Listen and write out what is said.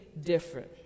different